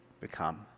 become